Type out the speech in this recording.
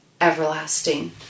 everlasting